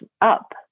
up